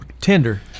tender